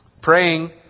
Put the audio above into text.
praying